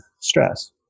stress